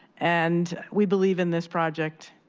and we believe in this project.